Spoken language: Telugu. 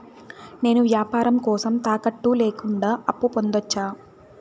నేను వ్యాపారం కోసం తాకట్టు లేకుండా అప్పు పొందొచ్చా?